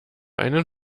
einen